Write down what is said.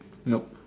nope